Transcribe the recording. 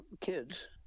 kids